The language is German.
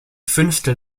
fünftel